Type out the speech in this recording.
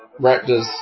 Raptors